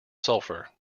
sulphur